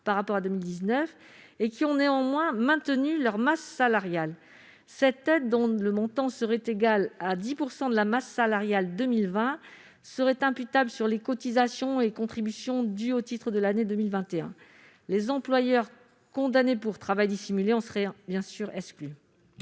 par rapport à 2019 et qui ont néanmoins maintenu leur masse salariale. Cette aide, dont le montant serait égal à 10 % de la masse salariale 2020, serait imputable sur les cotisations et contributions dues au titre de l'année 2021. Les employeurs condamnés pour travail dissimulé en seraient bien évidemment